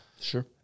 Sure